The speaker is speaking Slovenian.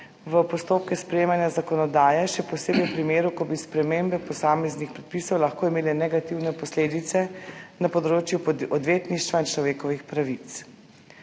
v postopke sprejemanja zakonodaje, še posebej v primeru, ko bi spremembe posameznih predpisov lahko imele negativne posledice na področju odvetništva in človekovih pravic.